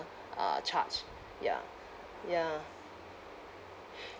uh charge ya ya